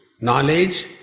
Knowledge